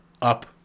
up